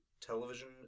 television